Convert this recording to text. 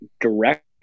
direct